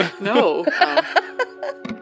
No